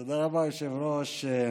תודה רבה, היושב-ראש.